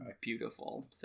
Beautiful